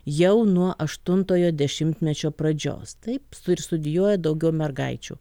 jau nuo aštuntojo dešimtmečio pradžios taip su ir studijuoja daugiau mergaičių